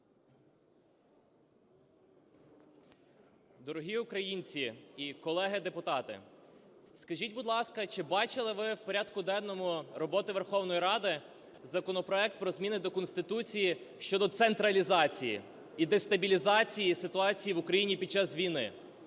Дорогі українці і колеги депутати! Скажіть, будь ласка, чи бачили ви в порядку денному роботи Верховної Ради законопроект про зміни до Конституції щодо централізації і дестабілізації ситуації в Україні під час війни?